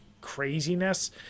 craziness